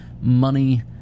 money